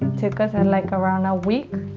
took us and like around a week,